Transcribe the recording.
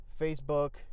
Facebook